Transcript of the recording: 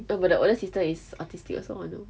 oh but the older sister is autistic autistic also or no